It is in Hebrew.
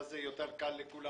ואז יהיה קל לכולנו.